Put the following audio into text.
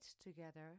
together